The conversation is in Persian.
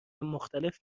مختلف